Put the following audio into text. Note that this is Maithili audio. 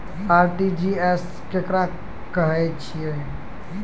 आर.टी.जी.एस केकरा कहैत अछि?